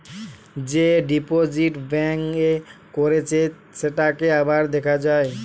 যে deposit bank এ করেছে সেটাকে আবার দেখা যায়